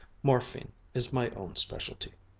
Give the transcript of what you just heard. morphine is my own specialty.